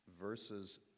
verses